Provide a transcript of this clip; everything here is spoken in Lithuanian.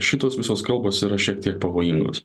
šitos visos kalbos yra šiek tiek pavojingos